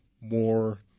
more